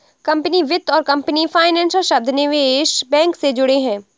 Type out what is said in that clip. company वित्त और company financer शब्द निवेश बैंक से जुड़े हैं